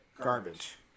Garbage